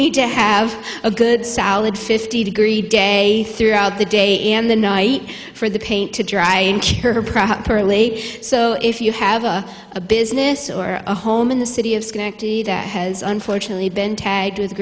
need to have a good solid fifty degree day throughout the day and the night for the paint to dry her properly so if you have a business or a home in the city of schenectady that has unfortunately been tagged with